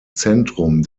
zentrum